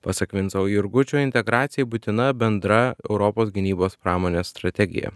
pasak vinco jurgučio integracijai būtina bendra europos gynybos pramonės strategija